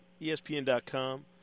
espn.com